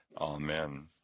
Amen